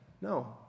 No